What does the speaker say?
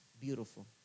beautiful